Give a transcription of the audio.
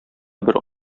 бер